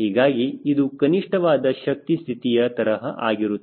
ಹೀಗಾಗಿ ಇದು ಕನಿಷ್ಠವಾದ ಶಕ್ತಿ ಸ್ಥಿತಿಯ ತರಹ ಆಗಿರುತ್ತದೆ